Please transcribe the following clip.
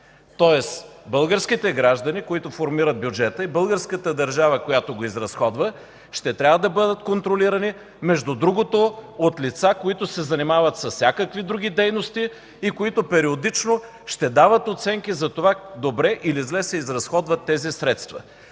Тоест българските граждани, които формират бюджета, и българската държава, която го изразходва, ще трябва да бъдат контролирани, между другото, от лица, които се занимават с всякакви други дейности, които периодично ще дават оценки за това добре или зле се изразходват тези средства.